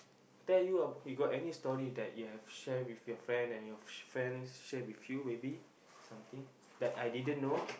tell you ah you got any story that you have share with your friend and your friend share with you maybe something that I didn't know